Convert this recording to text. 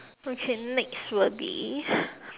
okay next will be